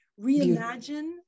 Reimagine